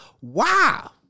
wow